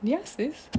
yes sis